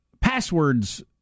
passwords